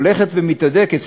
הולכת ומתהדקת,